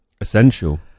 essential